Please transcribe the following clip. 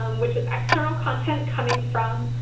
um which is external content coming from